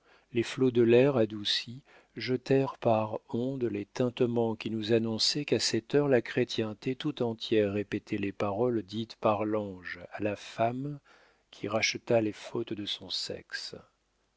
les flots de l'air adouci jetèrent par ondées les tintements qui nous annonçaient qu'à cette heure la chrétienté tout entière répétait les paroles dites par l'ange à la femme qui racheta les fautes de son sexe